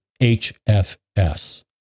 HFS